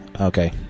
Okay